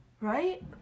Right